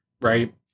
right